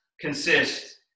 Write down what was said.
consist